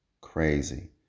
crazy